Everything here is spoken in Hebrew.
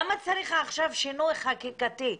למה צריך עכשיו שינוי חקיקתי?